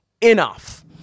enough